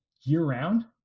year-round